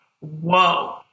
Whoa